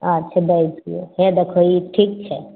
अच्छे दै छियो हे देखहो ई ठीक छै